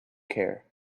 care